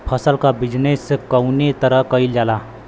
फसल क बिजनेस कउने तरह कईल जाला?